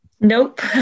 nope